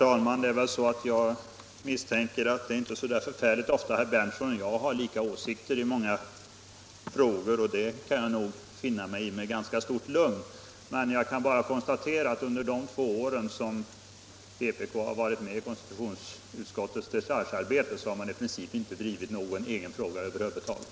Herr talman! Jag misstänker att det inte är så förfärligt ofta som herr Berndtson och jag har lika åsikter, och det kan jag nog finna mig i med ganska stort lugn. Jag kan emellertid bara konstatera att under de två år som vpk varit med i konstitutionsutskottets dechargearbete har man i princip inte drivit någon egen fråga över huvud taget.